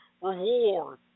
reward